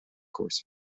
course